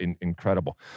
incredible